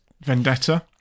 vendetta